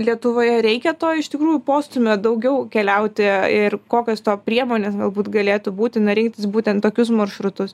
lietuvoje reikia to iš tikrųjų postūmio daugiau keliauti ir kokios to priemonės galbūt galėtų būti na rinktis būtent tokius maršrutus